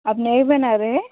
आप नए बना रहे हैं